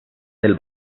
del